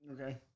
Okay